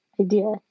idea